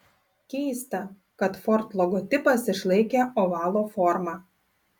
keista kad ford logotipas išlaikė ovalo formą